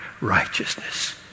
righteousness